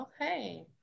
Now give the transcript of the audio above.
Okay